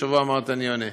השבוע אמרתי: אני אענה.